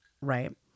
right